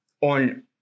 on